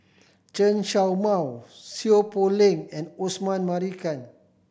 Chen Show Mao Seow Poh Leng and Osman Merican